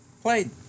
played